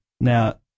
Now